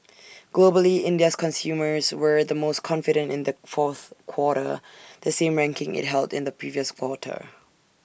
globally India's consumers were the most confident in the fourth quarter the same ranking IT held in the previous quarter